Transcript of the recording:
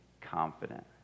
confident